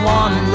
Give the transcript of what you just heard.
one